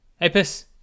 Apis